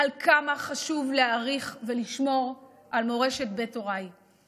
עד כמה חשוב להעריך ולשמור על מורשת בית הוריי.